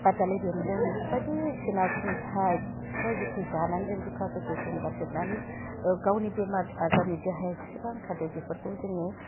बादालि बेन्दों बेफोर बायदिसिना खुन्थाइ बेफोरबायदिखौ जानानै जों गोखा गोखै संगारजोबनानै गावनि बेमार आजारनि देहायाव जेसेबां थादों बेफोरखौ जोङो